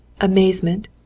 amazement